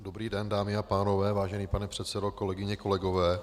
Dobrý den, dámy a pánové, vážený pane předsedo, kolegyně a kolegové.